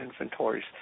inventories